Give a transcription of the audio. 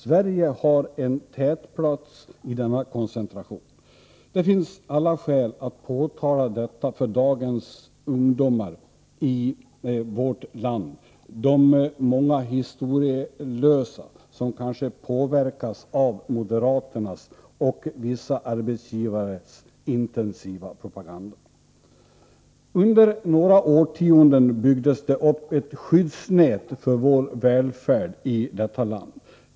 Sverige har en tätplats i denna koncentration. Det finns alla skäl att påtala detta för ungdomarna i dagens Sverige, de många historielösa som kanske påverkas av moderaternas och vissa arbetsgivares intensiva propaganda. Under några årtionden byggdes det upp ett skyddsnät för vår välfärd i detta land.